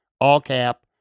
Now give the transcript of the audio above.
all-cap